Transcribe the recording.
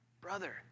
brother